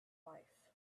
life